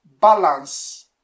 balance